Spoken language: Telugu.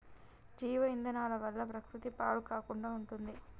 జీవ ఇంధనాల వల్ల ప్రకృతి పాడు కాకుండా ఉంటుంది